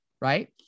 right